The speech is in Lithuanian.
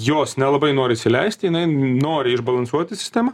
jos nelabai norisi įleisti jinai nori išbalansuoti sistemą